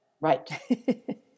Right